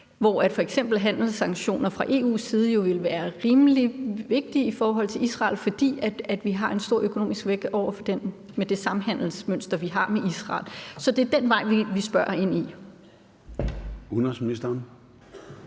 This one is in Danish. hvor f.eks. handelssanktioner fra EU's side jo ville være rimelig vigtige i forhold til Israel, fordi det har en stor økonomisk vægt i forhold til det samhandelsmønster, vi har med Israel. Det er den vej, vi spørger ind i.